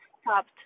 stopped